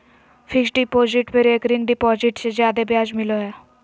fixed deposit में recurring deposit से जादे ब्याज मिलो हय